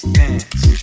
dance